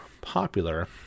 popular